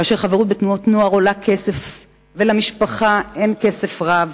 כאשר חברות בתנועות נוער עולה כסף ולמשפחה אין כסף רב,